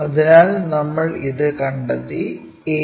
അതിനാൽ നമ്മൾ ഇത് കണ്ടെത്തി a